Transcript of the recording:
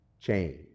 change